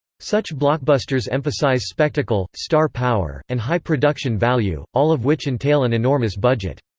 such blockbusters emphasize spectacle, star power, and high production value, all of which entail an enormous budget.